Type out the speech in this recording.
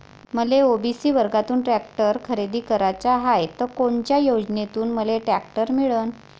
मले ओ.बी.सी वर्गातून टॅक्टर खरेदी कराचा हाये त कोनच्या योजनेतून मले टॅक्टर मिळन?